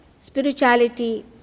spirituality